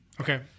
Okay